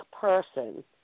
person